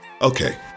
okay